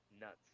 Nuts